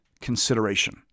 consideration